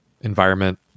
environment